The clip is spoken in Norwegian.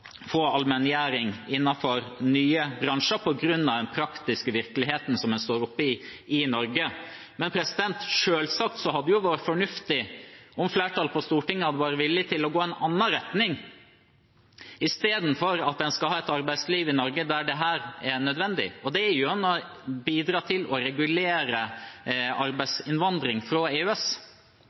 få allmenngjøring innenfor nye bransjer på grunn av den praktiske virkeligheten som en står oppe i, i Norge. Men selvsagt hadde det vært fornuftig om flertallet på Stortinget hadde vært villig til å gå i en annen retning, i stedet for at en skal ha et arbeidsliv i Norge der dette er nødvendig. Det er gjennom å bidra til å regulere arbeidsinnvandring fra